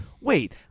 wait